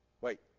Wait